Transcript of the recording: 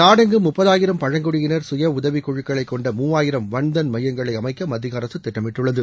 நாடெங்கும் முப்பதாயிரம் பழங்குடியினர் சுயஉதவிக்குழுக்களை கொண்ட மூவாயிரம் வன்தன் மையங்களை அமைக்க மத்திய அரசு திட்டமிட்டுள்ளது